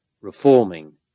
reforming